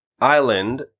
island